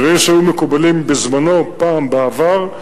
דברים שהיו מקובלים בזמנו, פעם, בעבר,